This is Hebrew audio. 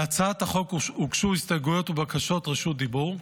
להצעת החוק הוגשו הסתייגויות ובקשות רשות דיבור.